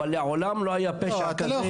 אבל מעולם לא היה פשע כזה.